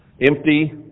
empty